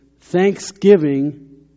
thanksgiving